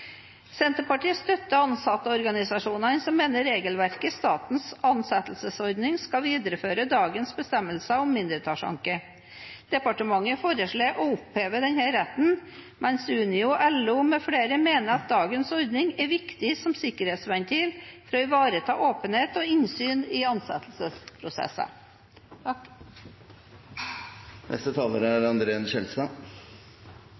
Senterpartiet støtter ansattorganisasjonene, som mener regelverket i statens ansettelsesordning skal videreføre dagens bestemmelser om mindretallsanke. Departementet foreslår å oppheve denne retten, mens Unio og LO med flere mener at dagens ordning er viktig som sikkerhetsventil for å ivareta åpenhet om og innsyn i ansettelsesprosesser.